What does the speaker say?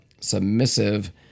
submissive